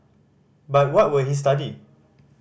but what would he study